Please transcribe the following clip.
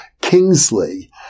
Kingsley